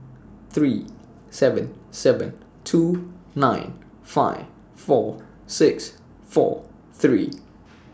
three seven seven two nine five four six four three